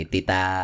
Tita